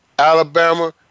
Alabama